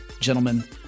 gentlemen